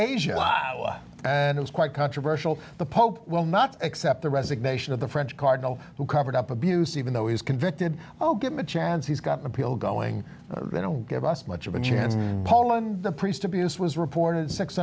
asia and it was quite controversial the pope will not accept the resignation of the french cardinal who covered up abuse even though he's convicted i'll give him a chance he's got an appeal going they don't give us much of a chance paul and the priest abuse was reported six